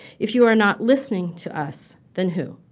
if you are not listening to us, then who?